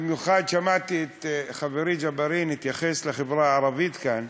במיוחד שמעתי את חברי ג'בארין מתייחס לחברה הערבית כאן,